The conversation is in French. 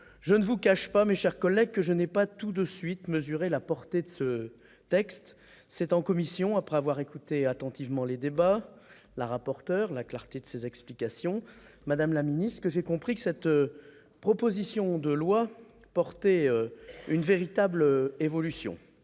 Je ne vous cache pas, mes chers collègues, que je n'ai pas tout de suite mesuré la portée de ce texte. C'est en commission, après avoir écouté attentivement les débats, Mme la rapporteur, Mme la ministre, dont les explications ont été très claires, que j'ai compris que cette proposition de loi portait une véritable évolution.